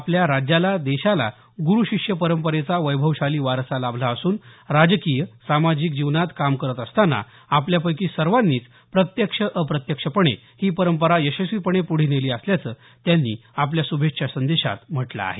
आपल्या राज्याला देशाला गुरू शिष्य परंपरेचा वैभवशाली वारसा लाभला असून राजकीय सामाजिक जीवनात काम करत असताना आपल्यापैकी सर्वांनीच प्रत्यक्ष अप्रत्यक्षपणे ही परंपरा यशस्वीपणे पुढे नेली असल्याचं त्यांनी शुभेच्छा संदेशात म्हटलं आहे